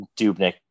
Dubnik